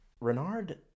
Renard